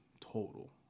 total